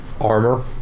armor